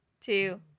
two